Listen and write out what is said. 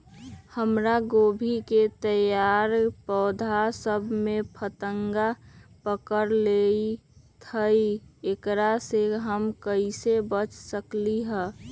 हमर गोभी के तैयार पौधा सब में फतंगा पकड़ लेई थई एकरा से हम कईसे बच सकली है?